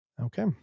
Okay